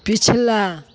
पिछला